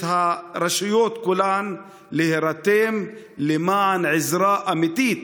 את הרשויות כולן, להירתם למען עזרה אמיתית